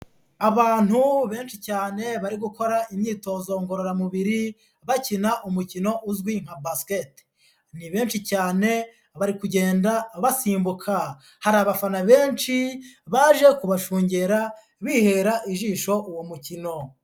Abantu benshi cyane bari gukora imyitozo ngororamubiri, bakina umukino uzwi nka Basket, ni benshi cyane bari kugenda basimbuka, hari abafana benshi baje kubashungera, bihera ijisho uwo mukino.